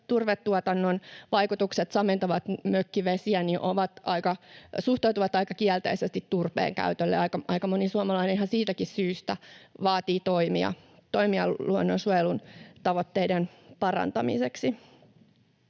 turvetuotannon vaikutukset samentavat mökkivesiä, suhtautuvat aika kielteisesti turpeen käyttöön. Aika moni suomalainen ihan siitäkin syystä vaatii toimia luonnonsuojelun tavoitteiden parantamiseksi.